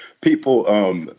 People